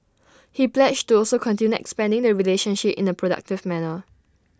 he pledged to also continue expanding the relationship in A productive manner